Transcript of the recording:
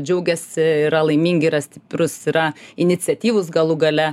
džiaugiasi yra laimingi yra stiprūs yra iniciatyvūs galų gale